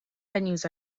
venues